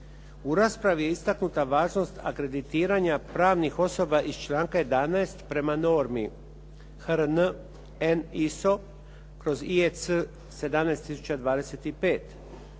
u raspravi je istaknuta važnost akreditiranja pravnih osoba iz članka 11. prema normi "HRN N ISO/IEC 17025".